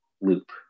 loop